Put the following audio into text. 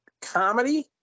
comedy